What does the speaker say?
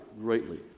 greatly